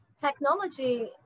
technology